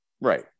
Right